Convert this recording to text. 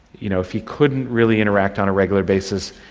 you know if he couldn't really interact on a regular basis,